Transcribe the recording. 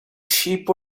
sheep